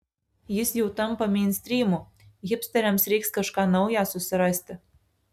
jis jau tampa meinstrymu hipsteriams reiks kažką naują susirasti